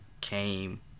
came